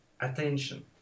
attention